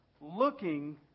Looking